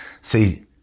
See